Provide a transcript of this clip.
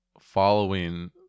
following